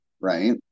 right